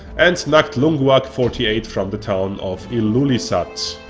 and nagdlunguaq forty eight from the town of ilulissat.